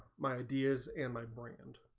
my ideas and my brand